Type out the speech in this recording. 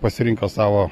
pasirinko savo